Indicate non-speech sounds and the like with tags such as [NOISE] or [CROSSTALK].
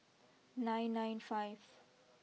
nine nine five [NOISE]